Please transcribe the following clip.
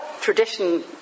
tradition